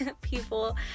people